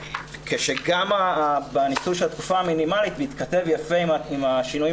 כשגם בניסוי של התקופה המינימלית התכתב יפה עם השינויים